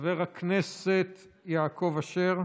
חבר הכנסת יעקב אשר,